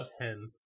ten